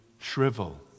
shrivel